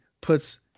puts